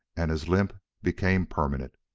and his limp became permanent.